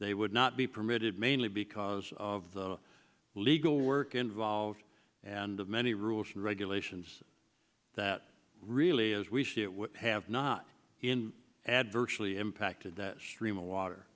they would not be permitted mainly because of the legal work involved and of many rules and regulations that really as we have not adversely impacted that stream of water